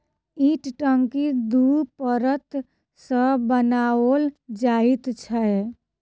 ई टंकी दू परत सॅ बनाओल जाइत छै